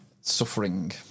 suffering